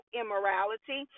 immorality